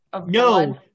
No